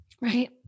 Right